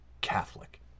Catholic